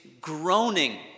groaning